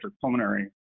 pulmonary